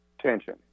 tension